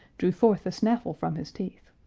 drew forth the snaffle from his teeth,